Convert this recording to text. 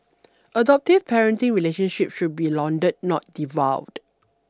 adoptive parenting relationship should be lauded not devalued